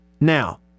Now